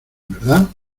verdad